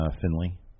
Finley